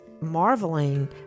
marveling